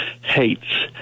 hates